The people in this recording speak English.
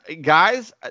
guys